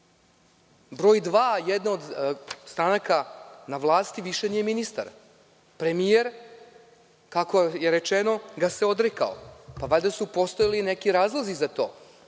Broj dva jedne od stranaka na vlasti više nije ministar. Premijer, kako je rečeno, ga se odrekao. Pa, valjda su postojali neki razlozi za to.